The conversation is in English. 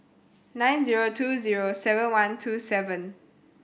nine zero two zero seven one two seven